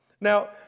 Now